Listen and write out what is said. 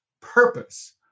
purpose